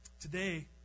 Today